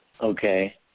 Okay